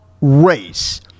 race